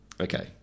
Okay